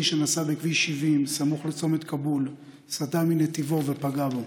שנסע בכביש 70 סמוך לצומת כאבול סטה מנתיבו ופגע בו,